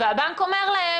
והבנק אומר להם,